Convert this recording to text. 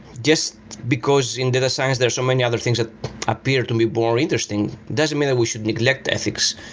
just because in data science there are so many other things that appear to me more interesting. it doesn't mean that we should neglect the ethics.